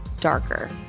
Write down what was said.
darker